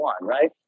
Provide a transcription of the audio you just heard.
right